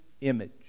image